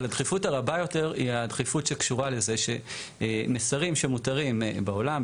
אבל הדחיפות הרבה יותר היא הדחיפות שקשורה לזה שמסרים שמותרים בעולם,